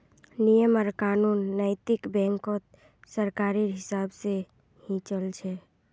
नियम आर कानून नैतिक बैंकत सरकारेर हिसाब से ही चल छ